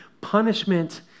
punishment